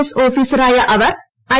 S ഓഫീസറായ അവർ I